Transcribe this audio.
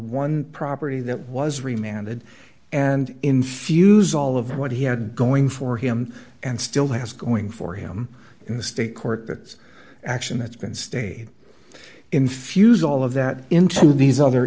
one property that was remanded and infuse all of what he had going for him and still has going for him in the state court that action that's been stayed infuse all of that into these other